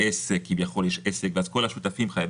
ערך סחירים היסטורית כי עד 2003 לא היה חיוב